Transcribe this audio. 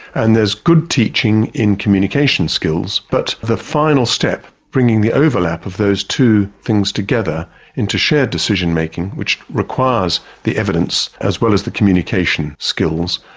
and there's good teaching in communication skills, but the final step, bringing the overlap of those two things together into shared decision making, which requires the evidence as well as the communication skills,